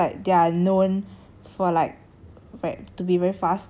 它们本身 is already they are like horses so like they are known